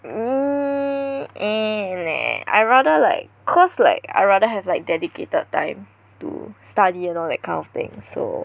eh nah I rather like cause like I rather have like dedicated time to study and all that kind of thing so